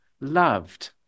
loved